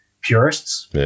purists